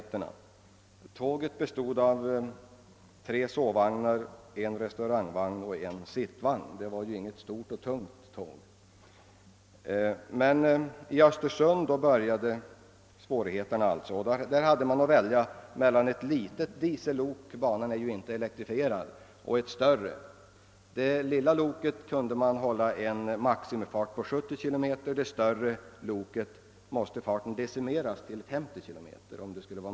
Tåget bestod av tre sovvagnar, en restaurangvagn och en sittvagn; det var alltså inte något stort och tungt tåg. I Östersund började svårigheterna. Där hade man att välja mellan ett litet diesellok — banan är inte elektrifierad — och ett större sådant. Med det lilla loket kunde en maximifart på 70 kilometer hållas, med det större loket måste farten decimeras till 50 kilometer.